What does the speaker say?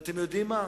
אתם יודעים מה?